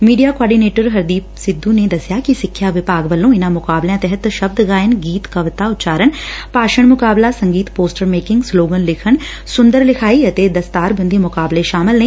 media coordinator Hardeep Sidhu ਨੇ ਦੱਸਿਆ ਕਿ ਸਿੱਖਿਆ ਵਿਭਾਗ ਵੱਲ੍ਸੋ ਇਹਨਾਂ ਮੁਕਾਬਲਿਆਂ ਤਹਿਤ ਸ਼ਬਦ ਗਾਇਨ ਗੀਤ ਕਵਿਤਾ ਉਚਾਰਨ ਭਾਸ਼ਣ ਮੁਕਾਬਲਾ ਸੰਗੀਤ ਪੋਸਟਰ ਮੇਕਿੰਗ ਸਲੰਗਨ ਲਿਖਣ ਸੁੰਦਰ ਲਿਖਾਈ ਅਤੇ ਦਸਤਾਰਬੰਦੀ ਮੁਕਾਬਲੇ ਸ਼ਾਮਲ ਨੇ